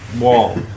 wall